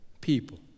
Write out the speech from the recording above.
people